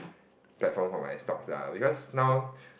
platform for my stocks ah because now